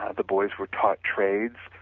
ah the boys were taught traits,